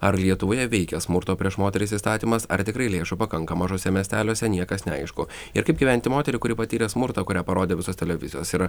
ar lietuvoje veikia smurto prieš moteris įstatymas ar tikrai lėšų pakanka mažuose miesteliuose niekas neaišku ir kaip gyventi moteriai kuri patyrė smurtą kurią parodė visos televizijos ir